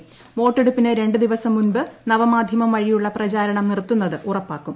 പ്രവോട്ടെടുപ്പിന് രണ്ടു ദിവസം മുമ്പ് നവമാധ്യമം വഴിയുള്ള പ്രചാർണ്ണം നിർത്തുന്നത് ഉറപ്പാക്കും